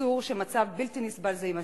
אסור שמצב בלתי נסבל זה יימשך.